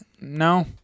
no